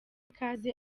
ikaze